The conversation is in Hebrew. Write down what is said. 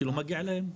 שלא מגיע להם?